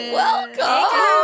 welcome